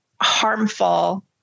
harmful